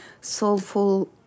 soulful